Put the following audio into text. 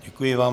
Děkuji vám.